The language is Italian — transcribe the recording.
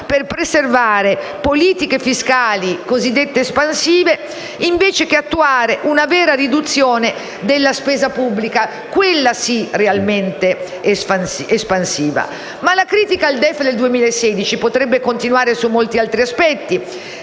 per preservare politiche fiscali cosiddette espansive, invece che attuare una vera riduzione della spesa pubblica, quella sì realmente espansiva. Ma la critica al DEF 2016 potrebbe continuare su molti altri aspetti.